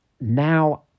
Now